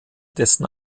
dessen